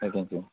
ஓகேங்க சார்